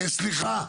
סליחה.